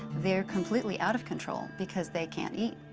they're completely out of control because they can't eat.